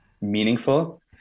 meaningful